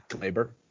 labor